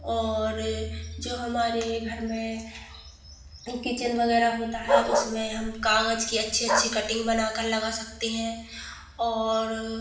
और जो हमारे घर में किचन वगैरह होता है उसमें हम कागज की अच्छे अच्छी कटिंग बनाकर लगा सकते हैं और